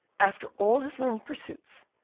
after all his learned pursuits,